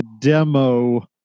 demo